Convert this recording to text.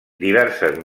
diverses